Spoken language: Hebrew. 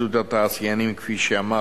התאחדות התעשיינים, כפי שאמרתי,